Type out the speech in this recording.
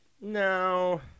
No